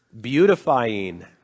beautifying